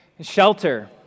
shelter